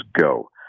go